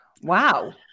Wow